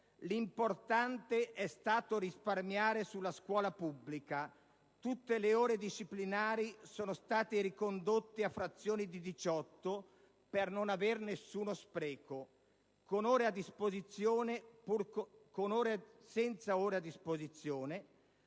l'importante è stato risparmiare sulla scuola pubblica. Tutte le ore disciplinari sono state ricondotte a frazioni di 18 per non avere nessuno «spreco», con ore a disposizione,